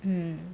mm